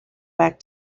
back